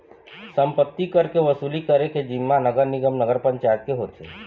सम्पत्ति कर के वसूली करे के जिम्मा नगर निगम, नगर पंचायत के होथे